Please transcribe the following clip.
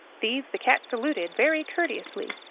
these the cat saluted very courteously,